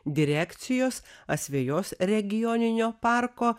direkcijos asvejos regioninio parko